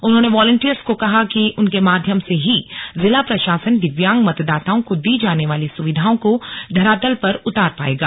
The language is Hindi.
उन्होंने वॉलींटियर्स को कहा कि उनके माध्यम से ही जिला प्रशासन दिव्यांग मतदाताओं को दी जाने वाली सुविधाओं को धरातल पर उतार पाएगा